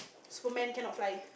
superman cannot fly